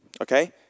Okay